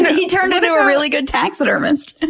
but he turned into a really good taxidermist. and